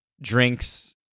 drinks